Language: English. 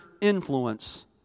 influence